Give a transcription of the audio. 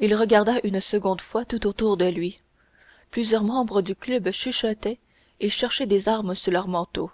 il regarda une seconde fois tout autour de lui plusieurs membres du club chuchotaient et cherchaient des armes sous leurs manteaux